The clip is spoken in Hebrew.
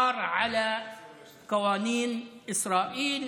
(אומר בערבית: בושה לחוקי ישראל,